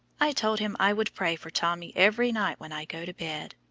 i told him i would pray for tommy every night when i go to bed,